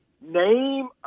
name